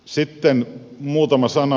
sitten muutama sana